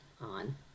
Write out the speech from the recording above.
on